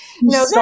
No